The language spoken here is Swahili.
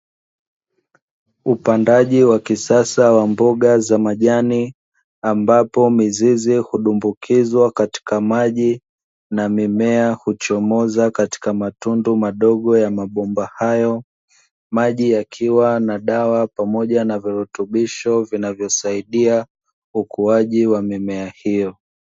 Upandaji wa kisasa wa mboga za majani, ambapo mizizi hudumbukizwa katika maji na mimea huchomoza katika matundu madogo ya mabomba hayo. Maji yakiwa na dawa pamoja na virutubisho vinavyosaidia ukuaji wa mimea hiyo.